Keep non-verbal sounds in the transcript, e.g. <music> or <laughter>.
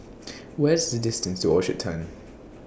<noise> What IS The distance to Orchard Turn